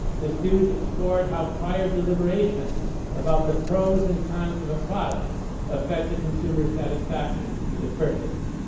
the student explored how prior deliberations about the pros and cons of a product affect the consumer satisfaction with a purchase.